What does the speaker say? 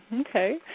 Okay